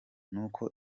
nuko